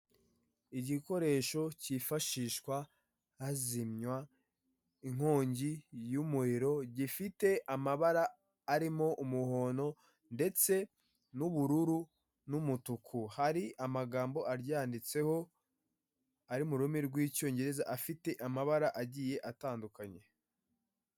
Igikoresho cyifashishwa hazimywa inkongi y'umuriro, gifite amabara arimo umuhondo ndetse n'ubururu n'umutuku. Hari amagambo aryanditseho ari mu rurimi rw'Icyongereza afite amabara agiye atandukanye.